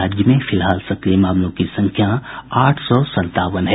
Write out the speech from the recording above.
राज्य में फिलहाल सक्रिय मामलों की संख्या आठ सौ संतावन है